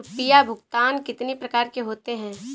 रुपया भुगतान कितनी प्रकार के होते हैं?